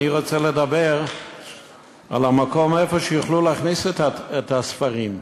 ואני רוצה לדבר על המקום שיוכלו להכניס אליו את הספרים,